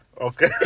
Okay